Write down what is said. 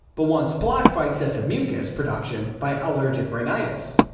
but once blocked by excessive mucus production by allergic rhinitis,